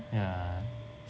yeah